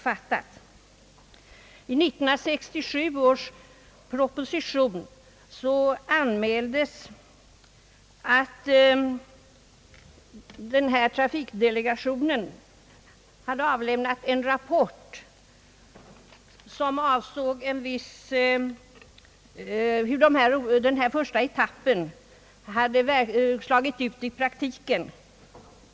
I 1967 års proposition anmäldes att trafikdelegationen hade avlämnat en rapport om hur den första etappen slagit ut i praktiken.